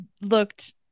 looked